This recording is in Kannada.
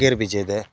ಗೇರು ಬೀಜ ಇದೆ